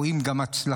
רואים גם הצלחה.